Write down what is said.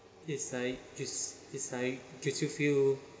it's like it's is like gets you feel